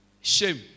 shame